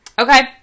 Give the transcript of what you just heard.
okay